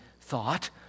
thought